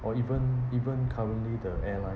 or even even currently the airline